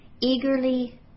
eagerly